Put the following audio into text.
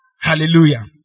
Hallelujah